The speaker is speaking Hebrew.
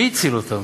מי הציל אותן?